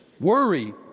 Worry